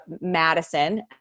Madison